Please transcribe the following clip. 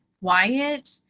Wyatt